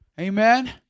Amen